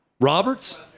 Robert's